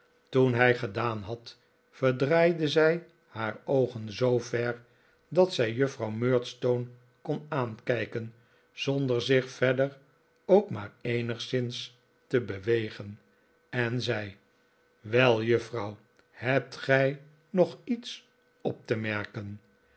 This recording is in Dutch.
toen hij gedaan had verdraaide zij haar oogen zoo ver dat zij juffrouw murdstone kon aankijken zonder zich verder ook maar eenigszins te bewegen en zei wel juffrouw hebt gij nog iets op te merken